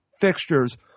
fixtures